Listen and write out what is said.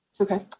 Okay